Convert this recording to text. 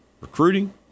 recruiting